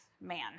man